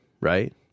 Right